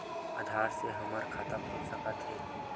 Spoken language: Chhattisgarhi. आधार से हमर खाता खुल सकत हे?